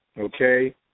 okay